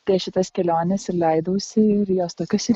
tai aš į tas keliones ir leidausi ir jos tokios ir